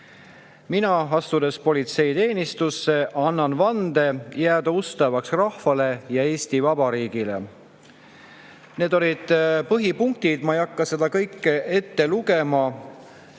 "Mina, …, astudes politseiteenistusse, annan vande jääda ustavaks rahvale ja Eesti Vabariigile." Need olid põhipunktid, ma ei hakka seda kõike ette lugema.